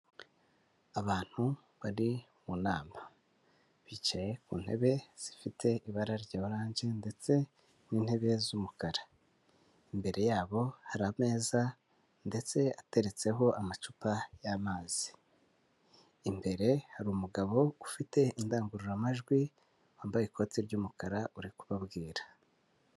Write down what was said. Abantu bari mu nama. Bicaye ku ntebe zifite ibara rya oranje ndetse n'intebe z'umukara. Imbere yabo hari ameza ndetse ateretseho amacupa y'amazi. Imbere hari umugabo ufite indangururamajwi, wambaye ikoti ry'umukara uri kubabwira.